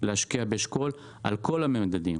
להשקיע באשכול על כל המדדים,